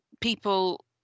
people